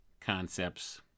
concepts